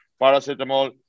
paracetamol